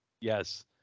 Yes